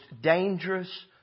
dangerous